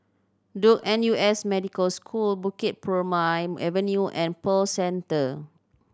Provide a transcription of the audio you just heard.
Duke N U S Medical School Bukit Purmei Avenue and Pearl Centre